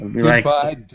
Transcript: Goodbye